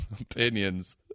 opinions